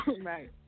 Right